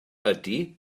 ydy